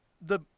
the-